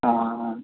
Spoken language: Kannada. ಹಾಂ